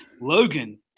Logan